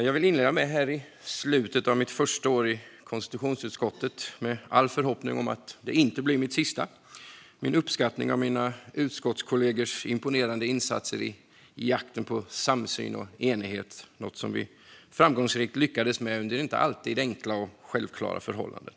Fru talman! I slutet av mitt första år i konstitutionsutskottet, med all förhoppning om att det inte blir mitt sista, vill jag inleda med att framföra min uppskattning av mina utskottskollegors imponerande insatser i jakten på samsyn och enighet som vi framgångsrikt lyckades med under inte alltid enkla eller självklara förhållanden.